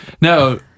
No